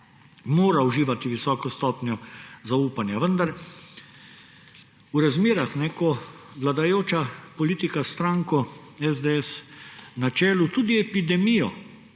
mora uživati visoko stopnjo zaupanja. Vendar v razmerah, ko vladajoča politika s stranko SDS na čelu tudi epidemijo